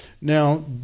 Now